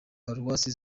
paruwasi